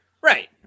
right